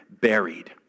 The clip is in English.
buried